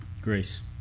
grace